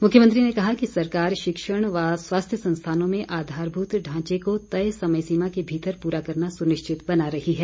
मुख्यमंत्री ने कहा कि सरकार शिक्षण व स्वास्थ्य संस्थानों में आधारभूत ढांचे को तय समय सीमा के भीतर पूरा करना सुनिश्चित बना रही है